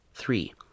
Three